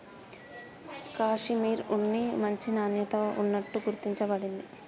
కాషిమిర్ ఉన్ని మంచి నాణ్యత ఉన్నట్టు గుర్తించ బడింది